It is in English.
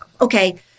okay